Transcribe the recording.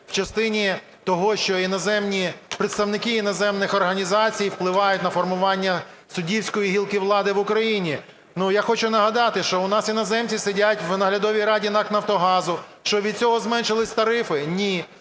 в частині того, що представники іноземних організацій впливають на формування суддівської гілки влади в Україні. Я хочу нагадати, що в нас іноземці сидяться в наглядовій раді НАК "Нафтогазу". Що, від цього зменшились тарифи? Ні.